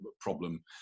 problem